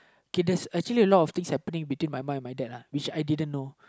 okay there's actually a lot of things happening between my mum and my dad lah which I didn't know